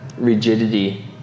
Rigidity